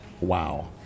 Wow